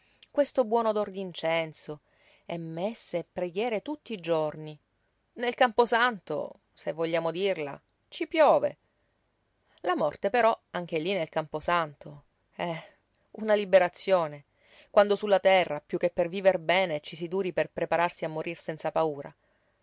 questo buon odor d'incenso e messe e preghiere tutti i giorni nel camposanto se vogliamo dirla ci piove la morte però anche lí nel camposanto eh una liberazione quando sulla terra piú che per viver bene ci si duri per prepararsi a morir senza paura